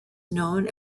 known